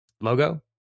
logo